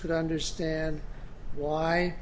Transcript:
could understand why